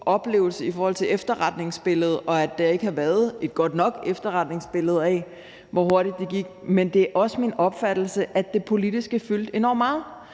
oplevelse i forhold til efterretningsbilledet og i forhold til det, at der ikke havde været et godt nok efterretningsbillede af, hvor hurtigt det gik, at det politiske fyldte enormt meget.